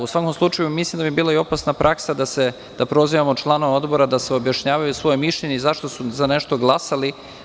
U svakom slučaju, mislim da bi bila i opasna praksa da prozivamo članove Odbora da objašnjavaju svoje mišljenje zašto su za nešto glasali.